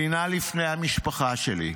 מדינה לפני המשפחה שלי.